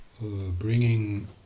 bringing